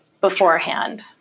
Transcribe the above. beforehand